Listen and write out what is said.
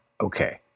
okay